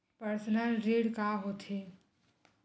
Personal ऋण का होथे?